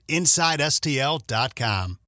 InsideSTL.com